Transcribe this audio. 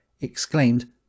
exclaimed